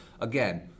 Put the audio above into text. again